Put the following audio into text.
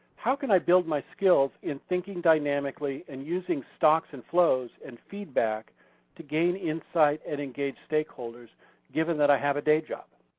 how can i build my skills in thinking dynamically and using stocks and flows and feedback to gain insight and engage stakeholders given that i have a day job?